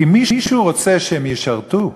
אם מישהו רוצה שהם ישרתו,